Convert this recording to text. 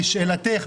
לשאלתך,